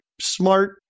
smart